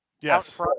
Yes